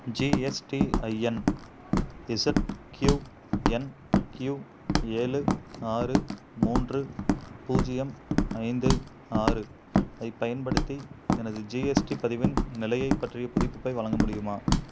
GSTIN ZQNQ ஏழு ஆறு மூன்று பூஜ்ஜியம் ஐந்து ஆறு ஐப் பயன்படுத்தி எனது ஜிஎஸ்டி பதிவின் நிலையைப் பற்றிய புதுப்பிப்பை வழங்க முடியுமா